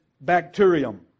bacterium